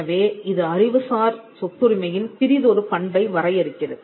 எனவே இது அறிவுசார் சொத்துரிமையின் பிறிதொரு பண்பை வரையறுக்கிறது